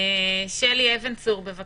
שלי אבן צור מן